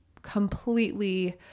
completely